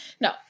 No